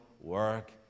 work